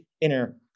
inner